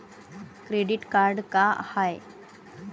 Credit card का हाय?